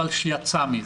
אבל שיצא מזה.